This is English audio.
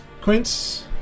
Quince